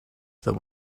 that